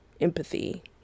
empathy